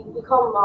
become